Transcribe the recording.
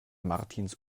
martins